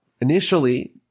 Initially